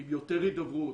עם יותר הידברות,